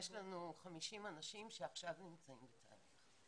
יש לנו 50 אנשים שעכשיו נמצאים בתהליך.